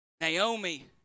Naomi